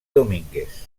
domínguez